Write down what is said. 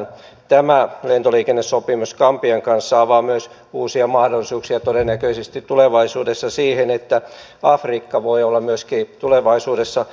myös tämä lentoliikennesopimus gambian kanssa avaa todennäköisesti uusia mahdollisuuksia siihen että myöskin afrikka voi olla tulevaisuudessa